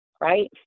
right